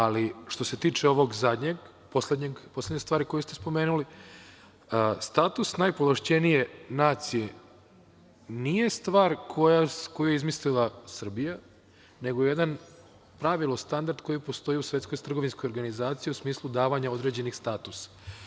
Ali što se tiče poslednje stvari koju spomenuli, status najpovlašćenije nacije nije stvar koju je izmislila Srbija, nego jedno pravilo, standard koji postoji u Svetskoj trgovinskoj organizaciji, u smislu davanja određenih statusa.